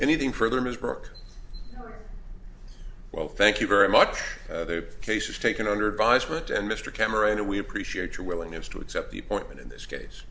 anything further ms burke well thank you very much the case is taken under advisement and mr cameron and we appreciate your willingness to accept the appointment in this case